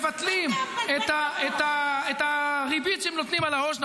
פתאום מבטלים את הריבית שהם נותנים על העו"ש.